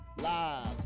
Live